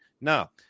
now